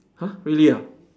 !huh! really ah